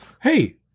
Hey